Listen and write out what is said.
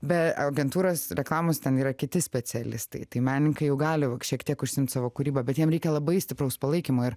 be agentūros reklamos ten yra kiti specialistai tai menininkai jau gali šiek tiek užsiimt savo kūryba bet jiem reikia labai stipraus palaikymo ir